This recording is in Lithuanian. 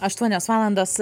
aštuonios valandos